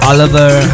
Oliver